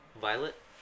Violet